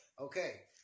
okay